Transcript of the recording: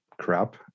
crap